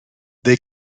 they